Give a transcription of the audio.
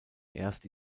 erst